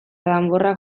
danborrak